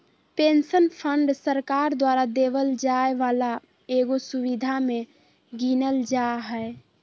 pension fund सरकार द्वारा देवल जाय वाला एगो सुविधा मे गीनल जा हय